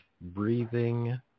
breathing